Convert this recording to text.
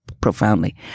profoundly